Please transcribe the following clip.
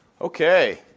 okay